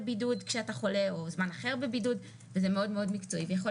בבידוד כשאתה חולה או זמן אחר בבידוד וזה מאוד מאוד מקצועי ויכול